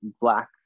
black